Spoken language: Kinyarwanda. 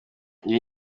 iyi